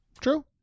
True